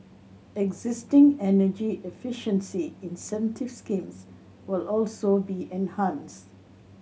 existing energy efficiency incentive schemes will also be enhanced